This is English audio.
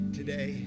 today